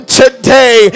today